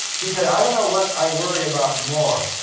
he said, i don't know what i worry about more,